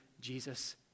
Jesus